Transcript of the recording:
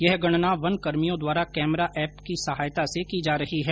यह गणना वनकर्मियों द्वारा कैमरा एप की सहायता से की जा रही है